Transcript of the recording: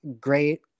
great